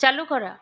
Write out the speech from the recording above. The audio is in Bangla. চালু করা